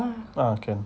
uh can